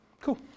cool